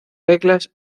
reglas